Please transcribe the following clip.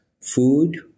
food